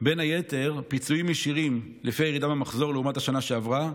בין היתר פיצויים ישירים לפי הירידה במחזור לעומת השנה שעברה,